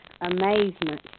amazement